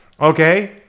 okay